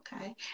Okay